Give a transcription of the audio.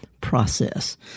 process